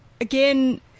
again